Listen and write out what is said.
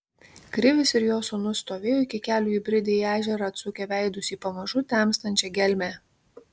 krivis ir jo sūnus stovėjo iki kelių įbridę į ežerą atsukę veidus į pamažu temstančią gelmę